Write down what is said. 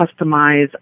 customize